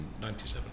1997